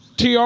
TR